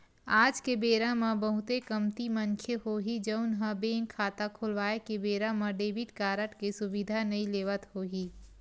आज के बेरा म बहुते कमती मनखे होही जउन ह बेंक खाता खोलवाए के बेरा म डेबिट कारड के सुबिधा नइ लेवत होही